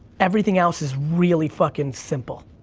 everything else is really fuckin' simple.